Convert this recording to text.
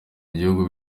bihugu